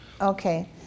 Okay